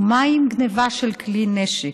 ומה עם גנבה של כלי נשק?